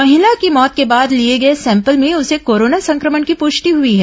महिला की मौत के बाद लिए गए सैंपल में उसे कोरोना संक्रमण की प्रष्टि हुई है